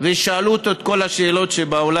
ושאלו אותו את כל השאלות שבעולם.